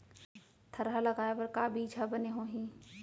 थरहा लगाए बर का बीज हा बने होही?